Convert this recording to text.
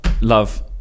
love